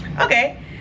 Okay